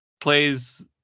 plays